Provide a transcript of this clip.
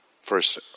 first